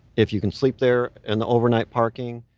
if you can sleep there and the overnight parking,